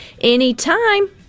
anytime